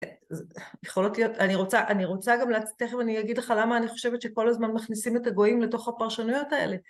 אני רוצה גם לצאת, תכף אני אגיד לך למה אני חושבת שכל הזמן מכניסים את הגויים לתוך הפרשנויות האלה.